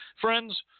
Friends